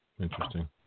interesting